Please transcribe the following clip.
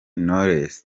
knowless